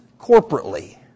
corporately